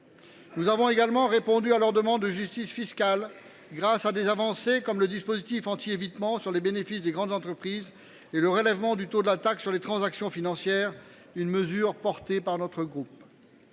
Nous avons également répondu à leur demande de justice fiscale, grâce à des avancées comme le dispositif anti évitement sur les bénéfices des grandes entreprises et le relèvement du taux de la taxe sur les transactions financières (TTF), une mesure portée par notre groupe.